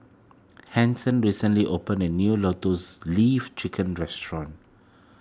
Anson recently opened a new Lotus Leaf Chicken Restaurant